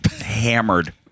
hammered